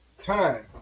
Time